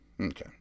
Okay